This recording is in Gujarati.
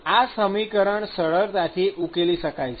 આ સમીકરણ સરળતાથી ઉકેલી શકાય છે